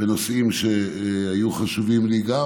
בנושאים שהיו חשובים גם לי,